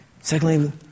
Secondly